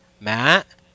Matt